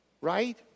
Right